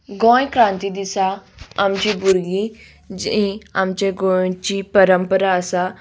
गोंय क्रांती दिसा आमची भुरगीं जीं आमचे गोंयची परंपरा आसा